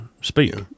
speak